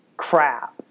crap